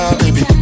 baby